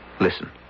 Listen